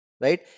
right